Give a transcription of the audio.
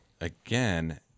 again